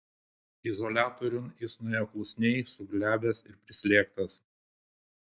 izoliatoriun jis nuėjo klusniai suglebęs ir prislėgtas